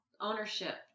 Ownership